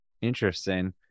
Interesting